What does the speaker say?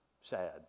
sad